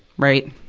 right?